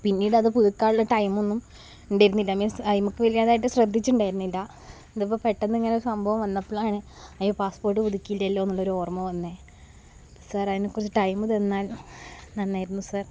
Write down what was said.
പിന്നീടും അത് പുതുക്കാനുള്ള ടൈമൊന്നും ഉണ്ടായിരുന്നില്ല മീന്സ് അയ്മുക്ക് വലുതായിട്ട് ശ്രദ്ധിച്ചുണ്ടായിരുന്നില്ല അതിപ്പം പെട്ടന്ന് ഇങ്ങനെ സംഭവം വന്നപ്പോഴാണ് അയ്യോ പാസ്പോര്ട്ട് പുതുക്കിയില്ലല്ലോ എന്നുള്ള ഒരു ഓര്മ്മ വന്നത് സര് അതിന് കുറച്ചു ടൈമ് തന്നാല് നന്നായിരുന്നു സര്